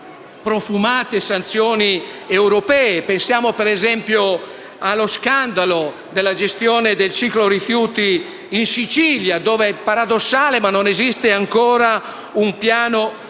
profumate sanzioni europee. Pensiamo, per esempio, allo scandalo della gestione del ciclo dei rifiuti in Sicilia, dove - è paradossale - non esiste ancora un piano regionale